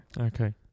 Okay